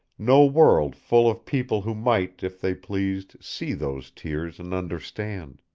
no world full of people who might, if they pleased, see those tears and understand.